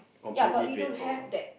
ya but we don't have that